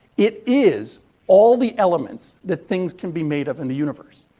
it is all the elements that things can be made of in the universe.